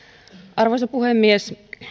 arvoisa puhemies